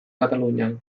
katalunian